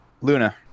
Luna